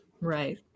Right